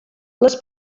les